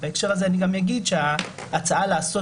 ובהקשר הזה אני גם אגיד שההצעה לעשות